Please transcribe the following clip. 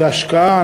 זו השקעה.